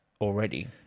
already